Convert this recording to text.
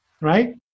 right